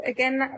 Again